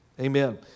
Amen